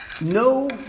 no